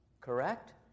correct